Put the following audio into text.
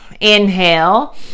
inhale